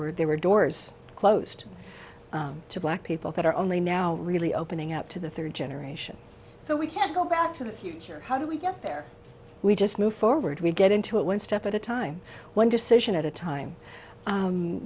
were there were doors closed to black people that are only now really opening up to the third generation so we can't go back to the future how do we get there we just move forward we get into it one step at a time one decision at a time